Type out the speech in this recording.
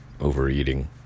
overeating